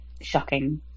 shocking